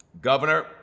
governor